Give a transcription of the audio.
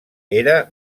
era